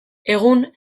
egun